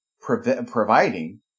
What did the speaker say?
providing